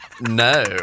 no